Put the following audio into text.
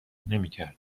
نمیکرد